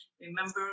remember